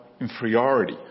inferiority